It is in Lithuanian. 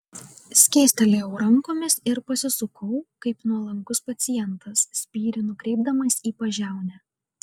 skėstelėjau rankomis ir pasisukau kaip nuolankus pacientas spyrį nukreipdamas į pažiaunę